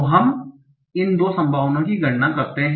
तो हम इन 2 संभावनाओं की गणना करते हैं